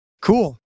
Cool